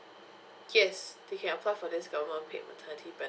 yes you can apply for this government paid maternity ben~